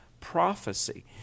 prophecy